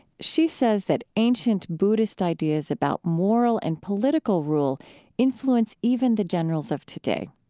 she says that ancient buddhist ideas about moral and political rule influence even the generals of today.